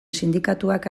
sindikatuak